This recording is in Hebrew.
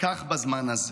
כך בזמן הזה.